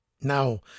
now